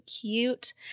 cute